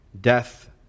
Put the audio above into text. death